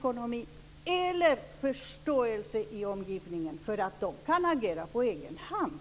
Det finns inte heller någon förståelse i omgivningen för att de kan agera på egen hand.